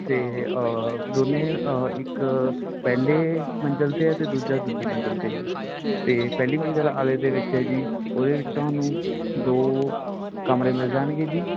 ਅਤੇ ਦੋਨੇ ਇੱਕ ਪਹਿਲੇ ਮੰਜ਼ਿਲ 'ਤੇ ਆ ਅਤੇ ਦੂਜਾ ਦੂਜੀ ਮੰਜ਼ਿਲ 'ਤੇ ਆ ਜੀ ਅਤੇ ਪਹਿਲੀ ਮੰਜ਼ਿਲ ਵਾਲੇ ਦੇ ਵਿੱਚ ਹੈ ਜੀ ਉਹਦੇ ਵਿੱਚ ਤੁਹਾਨੂੰ ਦੋ ਕਮਰੇ ਮਿਲ ਜਾਣਗੇ ਜੀ